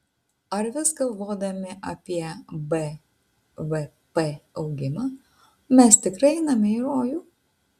ar vis galvodami apie bvp augimą mes tikrai einame į rojų